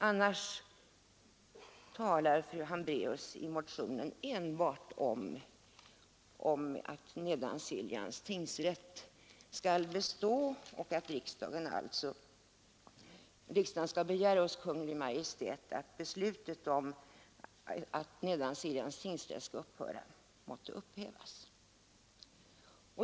Annars talar fru Hambraeus i motionen enbart för att Nedansiljans tingsrätt skall bestå, och hon yrkar att riksdagen hos Kungl. Maj:t skall begära att beslutet om att Nedansiljans tingsrätt skall upphöra måtte upphävas.